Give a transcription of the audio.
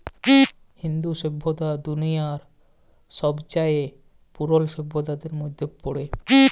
ইন্দু সইভ্যতা দুলিয়ার ছবচাঁয়ে পুরল সইভ্যতাদের মইধ্যে পড়ে